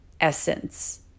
essence